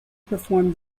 perform